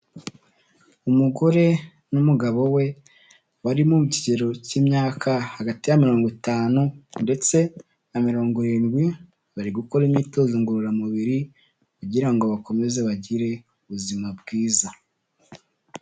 Umugore n'umugabo we bari mu kigero cy'imyaka hagati ya mirongo itanu ndetse na mirongo irindwi bari gukora imyitozo ngororamubiri kugira ngo bakomeze bagire ubuzima bwiza.